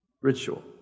Ritual